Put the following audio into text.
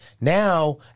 Now